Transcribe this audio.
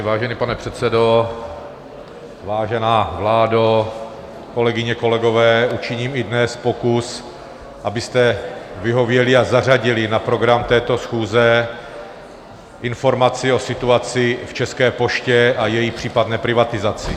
Vážený pane předsedo, vážená vládo, kolegyně, kolegové, učiním i dnes pokus, abyste vyhověli a zařadili na program této schůze informaci o situaci v České poště a její případné privatizaci.